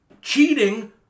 cheating